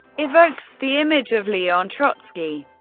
evokes the image of leon trotsky.